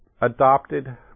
adopted